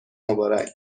مبارک